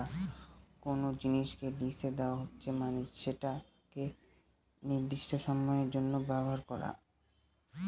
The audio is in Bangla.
কোনো জিনিসকে লিসে দেওয়া হচ্ছে মানে সেটাকে একটি নির্দিষ্ট সময়ের জন্য ব্যবহার করা